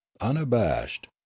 unabashed